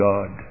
God